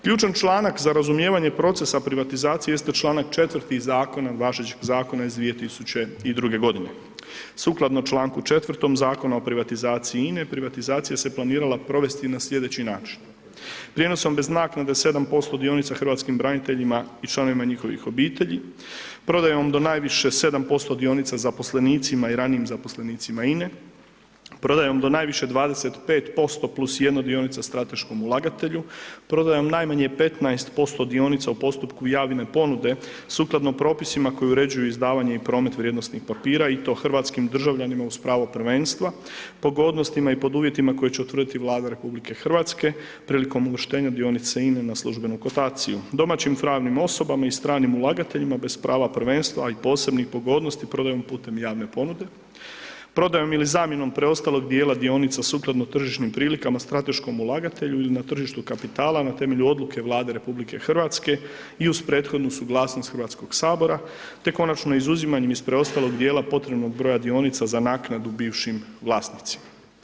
Ključan članak za razumijevanje procesa privatizacije jeste čl. 4. zakona, važećeg zakona iz 2002.g. Sukladno čl. 4. Zakona o privatizaciji INA-e, privatizacija se planirala provesti na slijedeći način, prijenosom bez naknade 7% dionica hrvatskim braniteljima i članovima njihovih obitelji, prodajom do najviše 7% dionica zaposlenicima i ranijim zaposlenicima INA-e, prodajom do najviše 25% + 1 dionica strateškom ulagatelju, prodajom najmanje 15% dionica u postupku javne ponude sukladno propisima koji uređuju izdavanje i promet vrijednosnih papira i to hrvatskim državljanima uz pravo prvenstva, pogodnostima i pod uvjetima koje će utvrditi Vlada RH prilikom uvrštenja dionica INA-e na službenu kotaciju, domaćim i pravnim osobama i stranim ulagateljima bez prava prvenstva i posebnih pogodnosti prodajom putem javne ponude, prodajom ili zamjenom preostalog dijela dionica sukladno tržišnim prilikama strateškom ulagatelju ili na tržištu kapitala na temelju odluke Vlade RH i uz prethodnu suglasnost HS, te konačno izuzimanjem iz preostalog dijela potrebnog broja dionica za naknadu bivšim vlasnicima.